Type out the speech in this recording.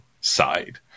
side